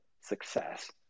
success